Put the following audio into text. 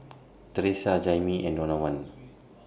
Teressa Jaimee and Donavan